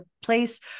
place